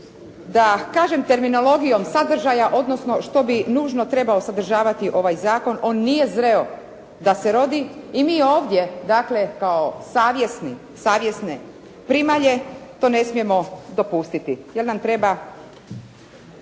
da kažem terminologijom sadržaja, odnosno što bi nužno trebao sadržavati ovaj zakon. On nije zreo da se rodi i mi ovdje dakle kao savjesne primalje to ne smijemo dopustiti jer nam treba